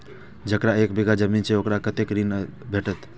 जकरा एक बिघा जमीन छै औकरा कतेक कृषि ऋण भेटत?